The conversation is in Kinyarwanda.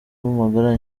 magara